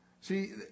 See